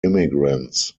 immigrants